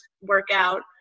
workout